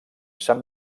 sant